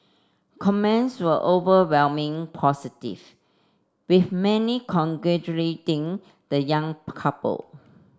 comments were overwhelming positive with many congratulating the young couple